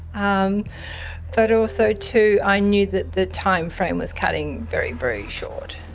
um but also too i knew that the time frame was cutting very, very short.